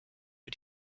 für